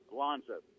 Alonzo